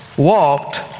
Walked